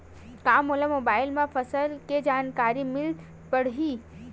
का मोला मोबाइल म फसल के जानकारी मिल पढ़ही?